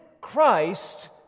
Christ